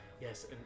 Yes